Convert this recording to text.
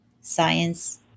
Science